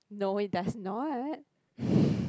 no it does not